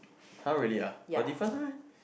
[huh] really one got difference one